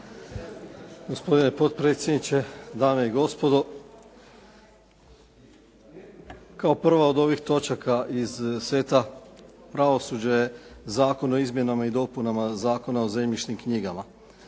Gospodine potpredsjedniče, dame i gospodo. Kao prva od ovih točaka iz seta pravosuđa je Zakon o izmjenama i dopunama Zakona o zemljišnim knjigama.